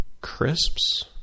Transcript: crisps